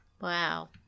Wow